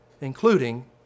including